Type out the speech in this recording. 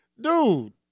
dude